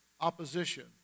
opposition